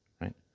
right